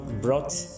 brought